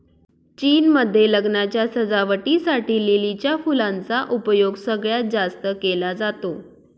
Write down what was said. चीन मध्ये लग्नाच्या सजावटी साठी लिलीच्या फुलांचा उपयोग सगळ्यात जास्त केला जातो